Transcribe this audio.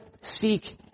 seek